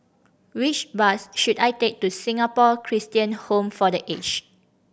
which bus should I take to Singapore Christian Home for The Aged